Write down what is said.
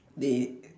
the